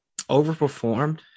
overperformed